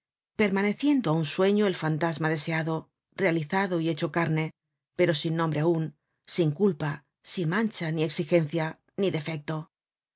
permaneciendo aun sueño el fantasma deseado realizado y hecho carne pero sin nombre aun sin culpa sin mancha ni exigencia ni defecto